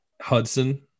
Hudson